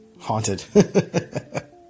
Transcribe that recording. Haunted